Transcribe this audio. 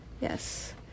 Yes